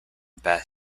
past